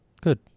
good